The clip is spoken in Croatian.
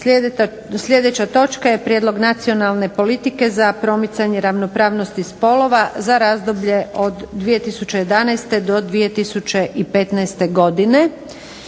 Sljedeća točka je - Prijedlog nacionalne politike za promicanje ravnopravnosti spolova, za razdoblje od 2011. do 2015. godine.